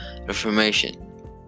Reformation